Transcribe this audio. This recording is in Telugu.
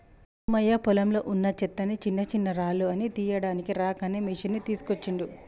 సోమయ్య పొలంలో వున్నా చెత్తని చిన్నచిన్నరాళ్లు అన్ని తీయడానికి రాక్ అనే మెషిన్ తీస్కోచిండు